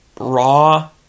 Raw